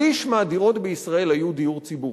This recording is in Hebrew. שליש מהדירות בישראל היו דיור ציבורי.